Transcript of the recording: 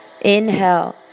Inhale